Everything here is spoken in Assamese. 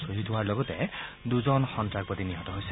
শ্বহীদ হোৱাৰ লগতে দুজন সন্ত্ৰাসবাদী নিহত হৈছে